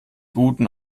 guten